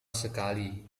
sekali